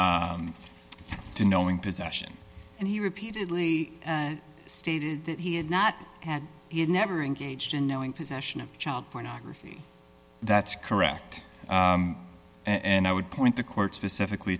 then to knowing possession and he repeatedly stated that he had not and never engaged in knowing possession of child pornography that's correct and i would point the court specifically